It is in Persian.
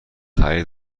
خرید